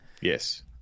Yes